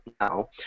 now